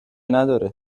نداره